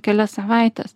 kelias savaites